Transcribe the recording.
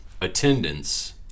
attendance